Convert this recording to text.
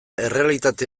errealitate